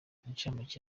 incamake